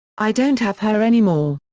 i don't have her any more!